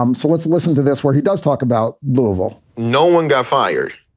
um so let's listen to this, where he does talk about louisville no one got fired.